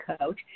coach